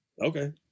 okay